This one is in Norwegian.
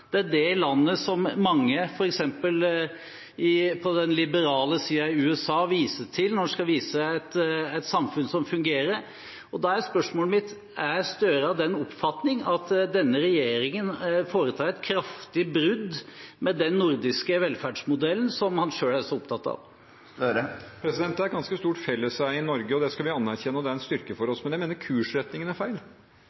indikatorer. Det er landet som mange på f.eks. den liberale siden i USA viser til når man skal vise et samfunn som fungerer. Da er spørsmålet mitt: Er representanten Gahr Støre av den oppfatning at denne regjeringen foretar et kraftig brudd med den nordiske velferdsmodellen som han selv er så opptatt av? Det er et ganske stort felleseie i Norge. Det skal vi anerkjenne, og det er en styrke for